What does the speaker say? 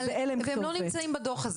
והם לא נמצאים בדוח הזה.